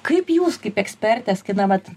kaip jūs kaip ekspertės kai na vat